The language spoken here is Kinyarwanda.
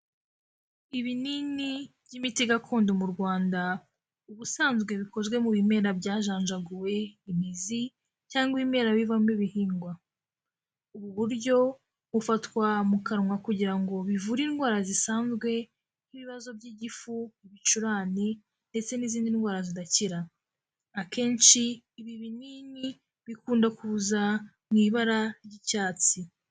Ibinini by'imiti gakondo mu Rwanda ubusanzwe bikozwe mu bimera byajanjaguwe imizi cyangwa ibimera bivamo ibihingwa. Ubu buryo bufatwa mu kanwa kugira ngo bivure indwara zisanzwe nk'ibibazo by'igifu, ibicurane ndetse n'izindi ndwara zidakira. Akenshi ibi binini bikunda kuza mu ibara ry'icyatsi.